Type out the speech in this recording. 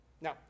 Now